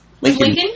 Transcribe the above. Lincoln